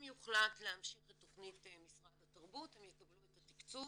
אם יוחלט להמשיך את תכנית משרד התרבות הם יקבלו את התקצוב,